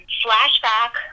flashback